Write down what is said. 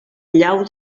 llau